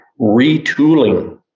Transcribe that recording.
retooling